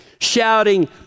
Shouting